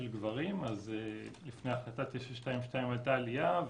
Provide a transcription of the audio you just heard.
גברים לפני החלטה 922 הייתה עלייה,